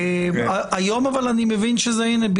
אבל היום אני מבין הינה,